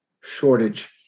shortage